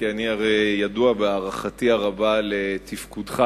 כי אני הרי ידוע בהערכתי הרבה לתפקודך,